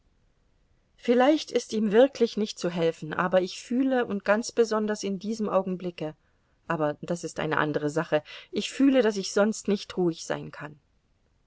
vielleicht ist ihm wirklich nicht zu helfen aber ich fühle und ganz besonders in diesem augenblicke aber das ist eine andere sache ich fühle daß ich sonst nicht ruhig sein kann